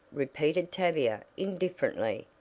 repeated tavia indifferently.